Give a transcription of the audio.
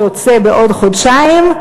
שיוצא בעוד חודשיים,